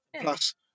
Plus